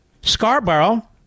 Scarborough